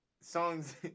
songs